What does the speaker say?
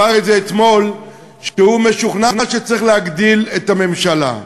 אמר אתמול שהוא משוכנע שצריך להגדיל את הממשלה.